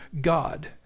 God